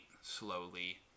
slowly